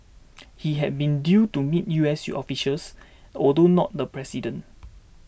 he had been due to meet U S officials although not the president